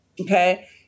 Okay